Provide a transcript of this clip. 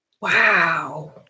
Wow